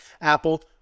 Apple